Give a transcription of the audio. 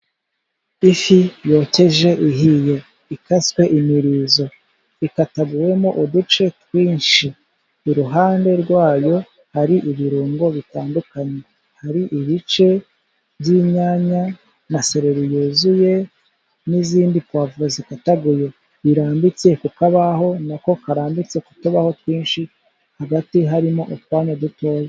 Ifi yokeje ihiye ikaswe umurizo. Ikataguwemo uduce twinshi. Iruhande rwayo hari ibirungo bitandukanye. Hari ibice by'inyanya na sereri yuzuye, n'izindi puwavuro zikataguye. Birambitse ku kabaho, nako karambitse ku tubaho twinshi, hagati harimo utwanya dutoya.